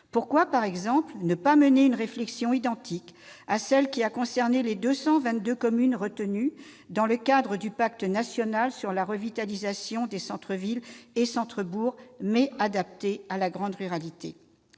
Pourquoi, par exemple, ne pas mener une réflexion identique à celle qui a concerné les 222 communes retenues dans le cadre du pacte national de revitalisation des centres-villes et des centres-bourgs, mais adaptée à la grande ruralité ?